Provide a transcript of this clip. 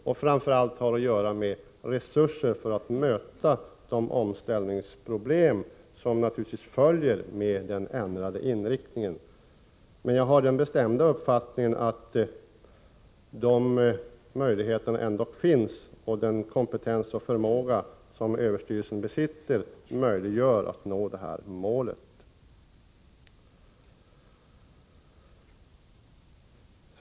De har framför allt att göra med resurser för att möta de omställningsproblem som naturligtvis följer med den ändrade inriktningen. Men jag har den bestämda uppfattningen att den kompetens och förmåga som överstyrelsen besitter möjliggör uppnåendet av det mål som det här är fråga om.